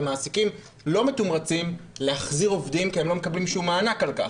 ומעסיקים לא מתומרצים להחזיר עובדים כי הם לא מקבלים שום מענק על כך.